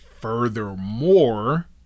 Furthermore